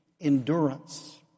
endurance